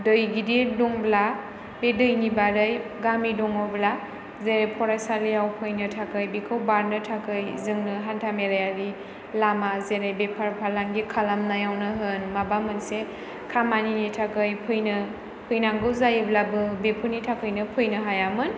दै गिदिर दंब्ला बे दैनि बारै गामि दङब्ला जेरै फरायसालियाव फैनाै थाखाय बेखाै बारनाे थाखाय जोंनो हान्था मेलायारि लामा जेरै बेफार फालांगि खालामनायावनो होन माबा मोनसे खामानिनि थाखाय फैनाे फैनांगौ जायोब्लाबो बेफोरनि थाखायनो फैनाे हायामोन